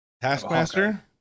taskmaster